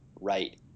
right